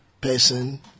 person